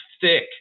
thick